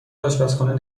آشپزخانه